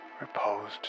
reposed